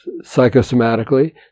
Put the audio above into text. psychosomatically